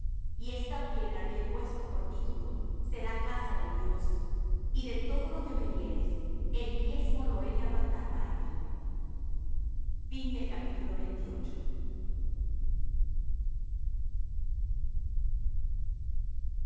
y esta piedra que he puesto por título será casa de dios y de todo lo que me dieres el diezmo lo he de apartar para ti y